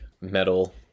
metal